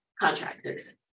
contractors